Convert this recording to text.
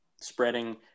spreading